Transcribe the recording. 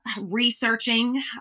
researching